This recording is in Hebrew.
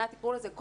תקראו לזה קייטנה,